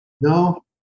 No